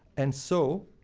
and so,